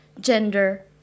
gender